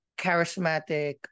charismatic